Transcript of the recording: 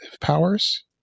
powers